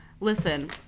Listen